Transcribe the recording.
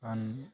কাৰণ